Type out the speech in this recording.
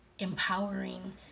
empowering